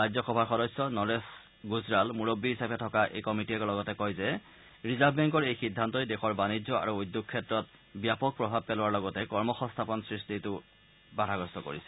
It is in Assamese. ৰাজ্যসভাৰ সদস্য নৰেশ গুজৰাল মূৰববী হিচাপে থকা এই কমিটীয়ে লগতে কয় যে ৰিজাৰ্ভ বেংকৰ এই সিদ্ধান্তই দেশৰ বাণিজ্য আৰু উদ্যোগ ক্ষেত্ৰত ব্যাপক প্ৰভাৱ পেলোৱাৰ লগতে কৰ্ম সংস্থাপন সৃষ্টিকো বাধাগ্ৰস্ত কৰিছে